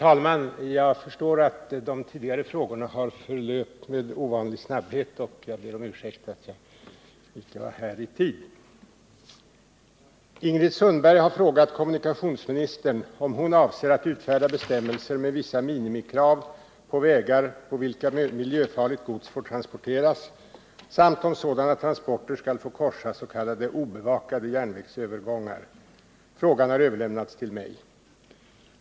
Herr talman! Ingrid Sundberg har frågat kommunikationsministern om hon avser att utfärda bestämmelser med vissa minimikrav på vägar på vilka miljöfarligt gods får transporteras samt om sådana transporter skall få korsa s.k. obevakade järnvägsövergångar. Frågan har överlämnats till mig.